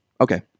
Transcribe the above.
Okay